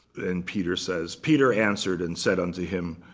then peter says, peter answered and said unto him,